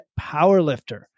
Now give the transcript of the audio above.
powerlifter